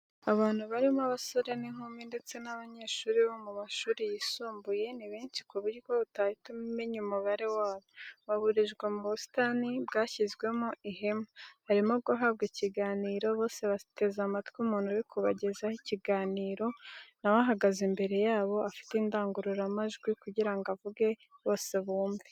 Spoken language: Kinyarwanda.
Abantu barimo abasore n'inkumi ndetse n'abanyeshuri bo mu mashuri yisumbuye ni benshi ku buryo utahita umenya umubare wabo, bahurijwe mu busitani bwashyizwemo ihema ,barimo guhabwa ikiganiro , bose bateze amatwi umuntu uri kubagezaho ikiganiro nawe ahagaze imbere yabo afite indangururamajwi kugirango avuge bose bumve.